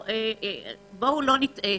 בואו לא נטעה,